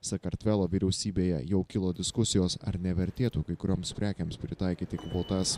sakartvelo vyriausybėje jau kilo diskusijos ar nevertėtų kai kurioms prekėms pritaikyti kvotas